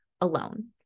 alone